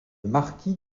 marquis